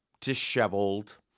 disheveled